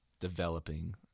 developing